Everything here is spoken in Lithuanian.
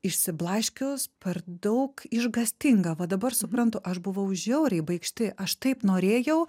išsiblaškius per daug išgąstinga va dabar suprantu aš buvau žiauriai baikšti aš taip norėjau